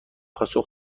پاسخ